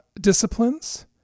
disciplines